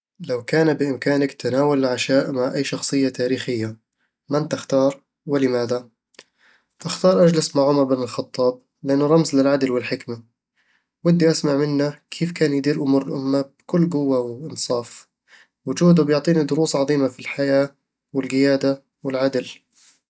لو كان بإمكانك تناول العشاء مع أي شخصية تاريخية، من تختار، ولماذا؟ أختار أجلس مع عمر بن الخطاب، لأنه رمز للعدل والحكمة ودي أسمع منه كيف كان يدير أمور الأمة بكل قوة وإنصاف وجوده بيعطيني دروس عظيمة في الحياة والقيادة والعدل